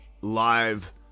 live